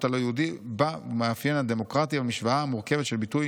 הלא-יהודי בה ומהמאפיין הדמוקרטי במשוואה המורכבת של הביטוי